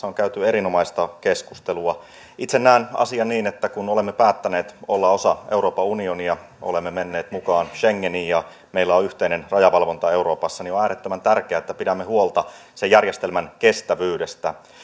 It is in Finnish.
on käyty erinomaista keskustelua itse näen asian niin että kun olemme päättäneet olla osa euroopan unionia kun olemme menneet mukaan schengeniin ja kun meillä on yhteinen rajavalvonta euroopassa niin on äärettömän tärkeää että pidämme huolta sen järjestelmän kestävyydestä